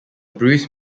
bruce